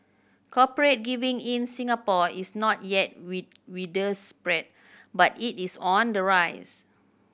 corporate giving in Singapore is not yet wit widespread but it is on the rise